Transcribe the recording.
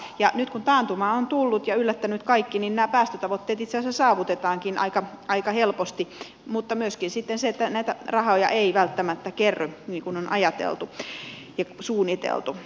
nyt kun taantuma on tullut ja yllättänyt kaikki nämä päästötavoitteet itse asiassa saavutetaankin aika helposti mutta myöskin on sitten se että näitä rahoja ei välttämättä kerry niin kuin on ajateltu ja suunniteltu